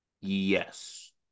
Yes